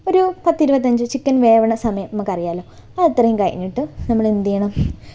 ഒരു പത്തിരുപത്തിയഞ്ച് ചിക്കൻ വേവുന്ന സമയം നമുക്കറിയാമല്ലോ അതത്രയും കഴിഞ്ഞിട്ട് നമ്മൾ എന്തുചെയ്യണം